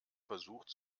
versucht